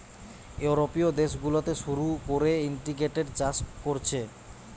ইউরোপীয় দেশ গুলাতে শুরু কোরে ইন্টিগ্রেটেড চাষ কোরছে